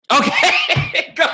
Okay